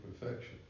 perfection